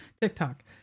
TikTok